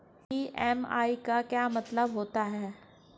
EMI का क्या मतलब होता है?